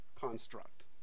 construct